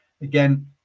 again